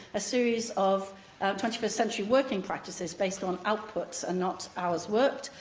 a series of twenty-first century working practices based on outputs and not hours worked,